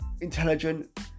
intelligent